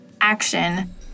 action